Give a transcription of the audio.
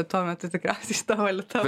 tuo metu tikriausiai šita valiuta